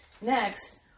Next